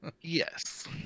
Yes